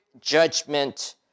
judgment